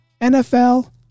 NFL